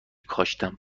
کاشتم